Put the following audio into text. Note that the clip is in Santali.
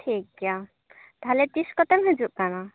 ᱴᱷᱤᱠ ᱜᱮᱭᱟ ᱛᱟᱦᱚᱞᱮ ᱛᱤᱥ ᱠᱚᱛᱮᱢ ᱦᱤᱡᱩᱜ ᱠᱟᱱᱟ